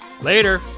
Later